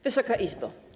Wysoka Izbo!